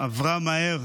עברה מהר.